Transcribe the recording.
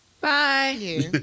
Bye